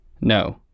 No